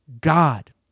God